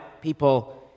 people